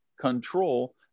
control